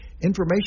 Information